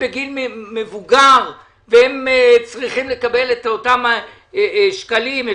בגיל מבוגר וצריכים לקבל אותם שקלים,